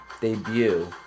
debut